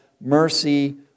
mercy